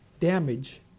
damage